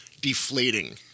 deflating